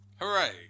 Hooray